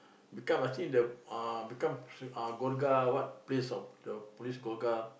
become I think the uh become uh what place of the police